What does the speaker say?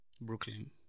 Brooklyn